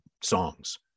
songs